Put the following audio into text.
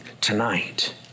tonight